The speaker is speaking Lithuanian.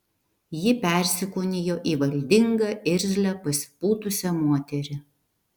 ji persikūnijo į valdingą irzlią pasipūtusią moterį